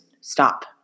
stop